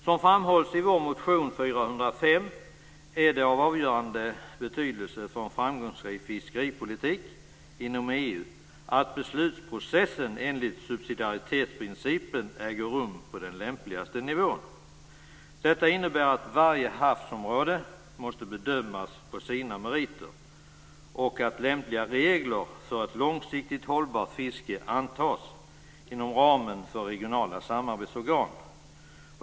Som framhålls i vår motion 405 är det av avgörande betydelse för en framgångsrik fiskeripolitik inom EU att beslutsprocessen enligt subsidaritetsprincipen äger rum på den lämpligaste nivån. Detta innebär att varje havsområde måste bedömas på sina meriter och att lämpliga regler för ett långsiktigt hållbart fiske antas inom ramen för regionala samarbetsorgan.